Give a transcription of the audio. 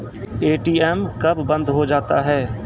ATM कब बंद हो जाता हैं?